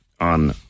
on